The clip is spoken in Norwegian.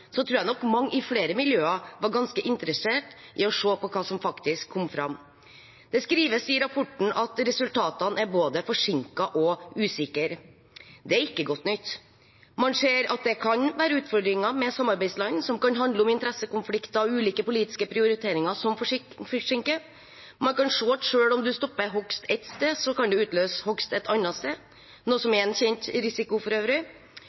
tror jeg nok mange i flere miljøer er ganske interessert i å se på hva som faktisk kom fram. Det skrives i rapporten at resultatene er både forsinket og usikre. Det er ikke godt nytt. Man ser at det kan være utfordringer med samarbeidsland som kan handle om interessekonflikter og ulike politiske prioriteringer som forsinker. Man kan se at selv om man stopper hogst ett sted, kan det utløse hogst et annet sted, noe som for øvrig